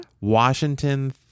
Washington